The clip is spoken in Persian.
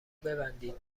ببندید